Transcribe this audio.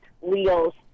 wheels